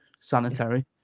sanitary